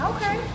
Okay